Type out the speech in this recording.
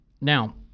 Now –